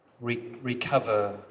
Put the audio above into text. Recover